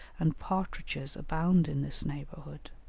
and partridges abound in this neighbourhood.